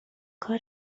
کار